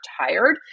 tired